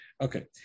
Okay